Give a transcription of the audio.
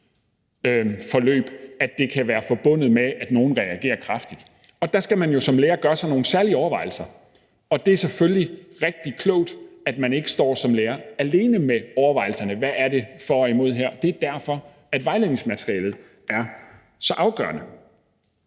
forløb, at det kan være forbundet med, at nogle reagerer kraftigt, og der skal man jo som lærer gøre sig nogle særlige overvejelser. Det er selvfølgelig rigtig klogt, at man ikke som lærer står alene med overvejelserne om, hvad der er for og imod her. Det er derfor, at vejledningsmaterialet er så afgørende.